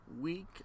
week